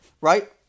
right